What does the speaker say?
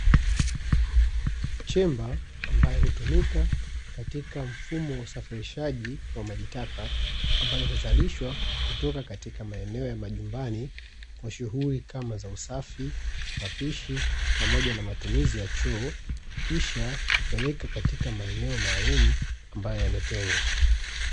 Chemba ambayo hutumika katika mfumo wa usafirishaji wa majitaka, ambayo huzalishwa kutoka kwenye maeneo ya majumbani kwa shughuli kama za usafi, mapishi pamoja na matumizi ya choo, kisha kupeleka katika maeneo maalumu ambayo yametengwa.